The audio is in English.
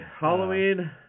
Halloween